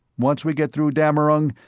once we get through dammerung,